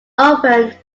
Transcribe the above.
opened